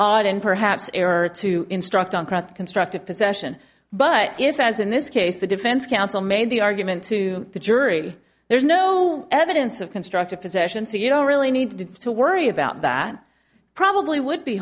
odd and perhaps error to instruct on crowd constructive possession but if as in this case the defense counsel made the argument to the jury there's no evidence of constructive possession so you don't really need to worry about that probably would be